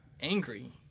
angry